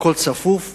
הכול צפוף.